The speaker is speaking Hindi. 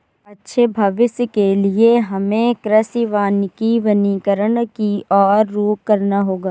अच्छे भविष्य के लिए हमें कृषि वानिकी वनीकरण की और रुख करना होगा